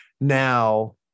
Now